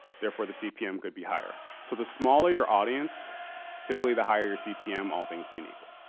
therefore the cpm could be higher. so, the smaller your audience typically the higher your cpm all things being equal.